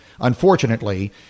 unfortunately